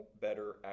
better